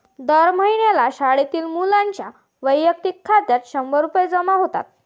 दर महिन्याला शाळेतील मुलींच्या वैयक्तिक खात्यात शंभर रुपये जमा होतात